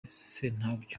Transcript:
sentabyo